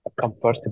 comfortable